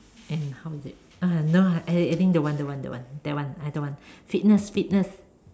and how is it err no ah I I think don't want don't want don't want that one I don't want fitness fitness